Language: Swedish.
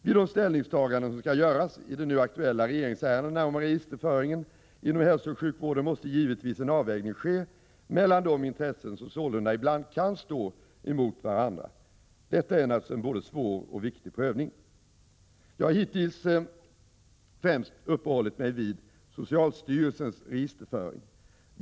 Vid de ställningstaganden som skall göras i de nu aktuella regeringsärendena om registerföringen inom hälsooch sjukvården måste givetvis en avvägning ske mellan de intressen som sålunda ibland kan stå emot varandra. Detta är naturligtvis en både svår och viktig prövning. Jag har hittills ffrämst uppehållit mig vid socialstyrelsens registerföring.